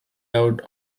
out